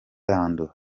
lando